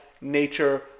nature